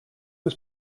was